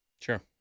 Sure